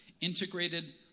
integrated